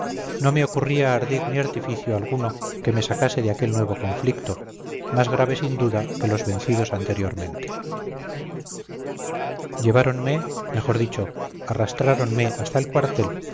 no me ocurría ardid ni artificio alguno que me sacase de aquel nuevo conflicto más grave sin duda que los vencidos anteriormente lleváronme mejor dicho arrastráronme hasta el cuartel